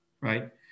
right